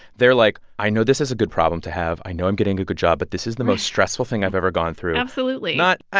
they're like, i know this is a good problem to have. i know i'm getting a good job, but this is the most stressful thing i've ever gone through absolutely not,